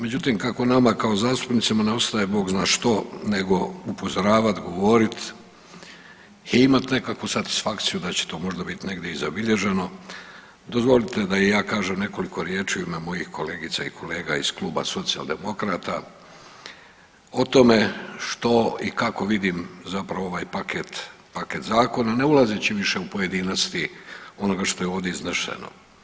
Međutim, kako nama kao zastupnicima ne ostaje Bog zna što nego upozoravat, govorit i imat nekakvu satisfakciju da će to možda bit negdje i zabilježeno dozvolite da i ja kažem nekoliko riječi u ime mojih kolegica i kolega iz Kluba Socijaldemokrata o tome što i kako vidim zapravo ovaj paket, paket zakona ne ulazeći više u pojedinosti onoga što je ovdje iznešeno.